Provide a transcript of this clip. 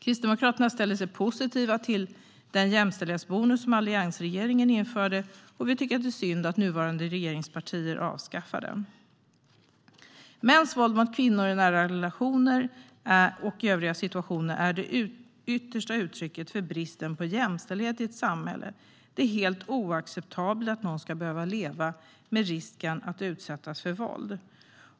Kristdemokraterna ställer sig positiva till den jämställdhetsbonus som alliansregeringen införde och tycker att det är synd att nuvarande regeringspartier avskaffar den. Mäns våld mot kvinnor i nära relationer och i övriga situationer är det yttersta uttrycket för bristen på jämställdhet i ett samhälle. Det är helt oacceptabelt att någon ska behöva leva med risken att utsättas för våld.